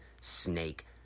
snake